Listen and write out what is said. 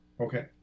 Okay